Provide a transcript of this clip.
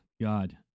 God